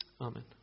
Amen